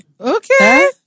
Okay